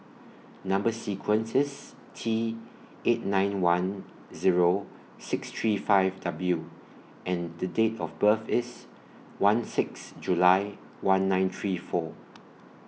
Number sequence IS T eight nine one Zero six three five W and The Date of birth IS one six July one nine three four